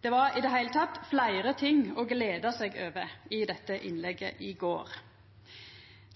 Det var i det heile fleire ting å gleda seg over i dette innlegget i går.